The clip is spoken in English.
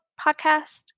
podcast